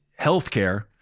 healthcare